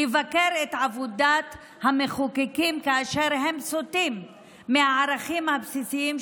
לבקר את עבודת המחוקקים כאשר הם סוטים מהערכים הבסיסיים,